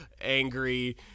angry